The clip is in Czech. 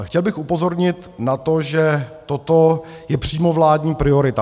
Chtěl bych upozornit na to, že toto je přímo vládní priorita.